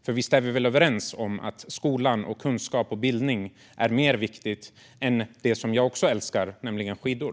För visst är vi väl överens om att skolan, kunskap och bildning är viktigare skidor, som jag också älskar?